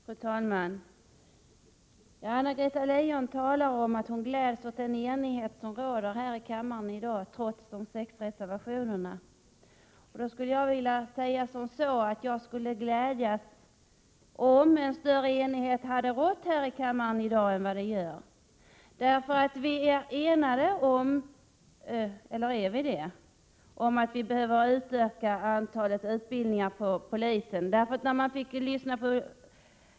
Fru talman! Anna-Greta Leijon talar om att hon gläds åt den enighet som råder här i kammaren i dag, trots de sex reservationerna. Jag skulle för min del ha varit glad om denna enighet hade varit större. Vi är eniga om — eller är vi inte det? — att antalet polisaspiranter behöver utökas.